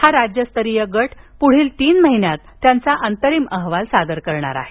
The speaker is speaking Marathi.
हा राज्यस्तरीय गट पुढील तीन महिन्यात त्यांचा अंतरिम अहवाल सादर करणार आहे